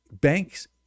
banks